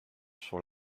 sur